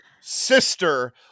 sister